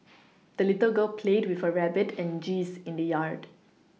the little girl played with her rabbit and geese in the yard